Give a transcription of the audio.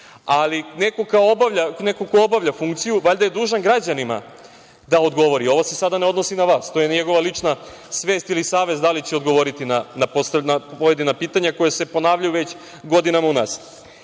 Ali, neko ko obavlja funkciju valjda je dužan građanima da odgovori, ovo se sad ne odnosi na vas, to je njegova lična svest ili savest da li će odgovoriti na pojedina pitanja koja se ponavljaju već godinama u